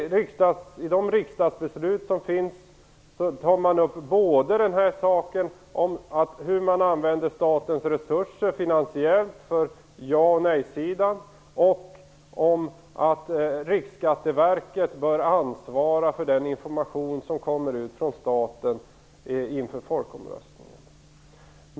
I de riksdagsbeslut som fattades togs upp både hur jaoch nejsidan finansiellt skulle använda statens resurser och att Riksskatteverket borde ansvara för den information som gick ut från staten inför folkomröstningen.